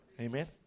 amen